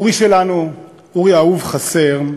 אורי שלנו, אורי האהוב, חסר.